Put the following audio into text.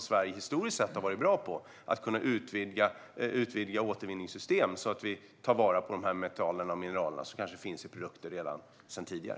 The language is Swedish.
Sverige har historiskt sett varit bra på att utvidga återvinningssystem så att vi tar vara på de metaller och mineraler som kanske redan finns i produkter sedan tidigare.